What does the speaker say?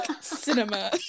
cinema